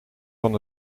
van